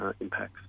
impacts